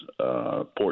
Port